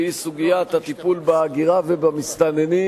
והיא סוגיית הטיפול בהגירה ובמסתננים,